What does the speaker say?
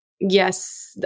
yes